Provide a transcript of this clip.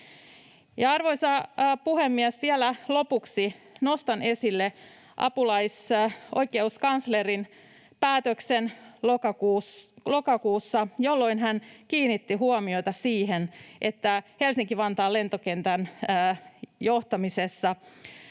Arvoisa puhemies! Vielä lopuksi nostan esille apulaisoikeuskanslerin päätöksen lokakuussa, jolloin hän kiinnitti huomiota siihen, että Helsinki-Vantaan lentokentän johtaminen